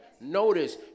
Notice